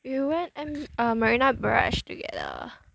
we went M um marina barrage together